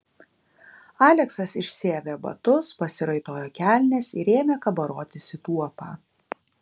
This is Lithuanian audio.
aleksas išsiavė batus pasiraitojo kelnes ir ėmė kabarotis į tuopą